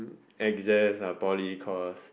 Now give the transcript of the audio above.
exams poly cause